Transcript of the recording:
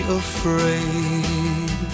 afraid